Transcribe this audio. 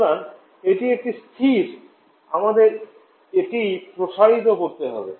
সুতরাং এটি একটি ধ্রুবক আমাদের এটি প্রসারিত করতে হবে